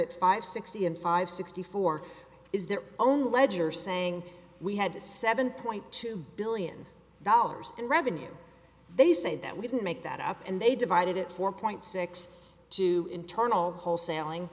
at five sixty and five sixty four is their own ledger saying we had a seven point two billion dollars in revenue they say that we didn't make that up and they divided it four point six two internal wholesaling